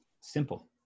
Simple